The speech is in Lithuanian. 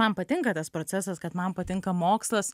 man patinka tas procesas kad man patinka mokslas